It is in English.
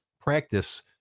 practice